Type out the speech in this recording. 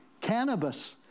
cannabis